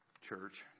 church